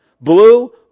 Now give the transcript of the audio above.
Blue